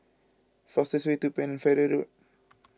fastest way to Pennefather Road